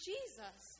Jesus